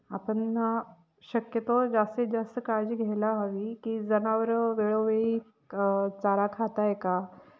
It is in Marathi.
आपण शक्यतो जास्तीत जास्त काळजी घ्यायला हवी की जनावर वेळोवेळी चारा खातं आहे का